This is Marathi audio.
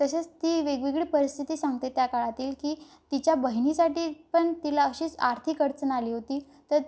तसेच ती वेगवेगळी परिस्थिती सांगते त्या काळातील की तिच्या बहिणीसाठी पण तिला अशीच आर्थिक अडचण आली होती तर